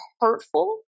hurtful